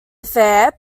affair